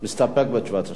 מסתפק בתשובת השר.